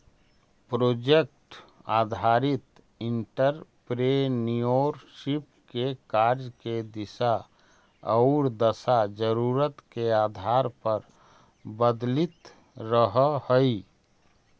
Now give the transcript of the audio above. project आधारित entrepreneurship के कार्य के दिशा औउर दशा जरूरत के आधार पर बदलित रहऽ हई